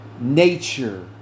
nature